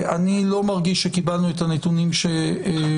אני לא מרגיש שקיבלנו את הנתונים שביקשנו,